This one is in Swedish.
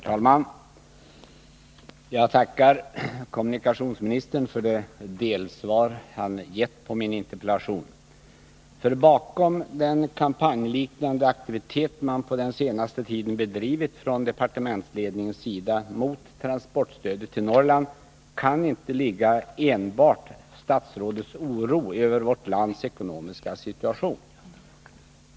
Herr talman! Jag tackar kommunikationsministern för det delsvar han gett på min interpellation, för bakom den kampanjliknande aktivitet man på den senaste tiden bedrivit från departementsledningens sida mot transportstödet till Norrland kan inte ligga enbart statsrådets oro över vårt lands ekonomiska situation.